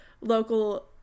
local